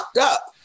up